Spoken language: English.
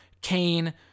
Kane